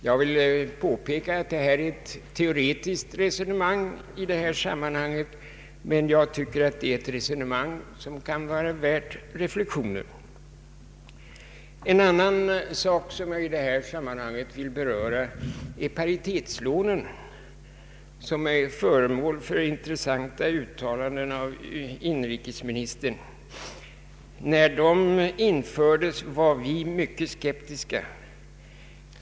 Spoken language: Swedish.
Jag vill påpeka att detta är ett teoretiskt resonemang i sammanhanget, men jag tycker att det är ett resonemang som kan vara värt några reflexioner. En annan sak som jag i detta sammanhang vill beröra är paritetslånen som är föremål för intressanta uttalanden av inrikesministern. När de inför des var vi mycket skeptiska.